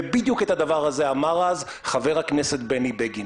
ובדיוק את הדבר הזה אמר אז חבר הכנסת בני בגין,